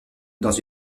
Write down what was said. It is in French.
dans